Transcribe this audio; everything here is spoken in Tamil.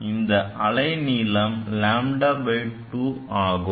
இந்த அலை நீளம் λ2 ஆகும்